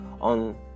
on